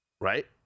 Right